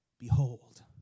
Behold